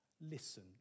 Listen